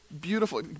beautiful